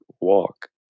walk